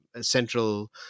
central